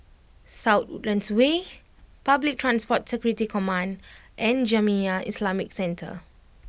South Woodlands Way Public Transport Security Command and Jamiyah Islamic Centre